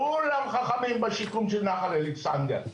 כולם חכמים בשיקום של נחל אלכסנדר,